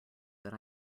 that